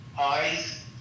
eyes